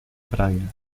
praia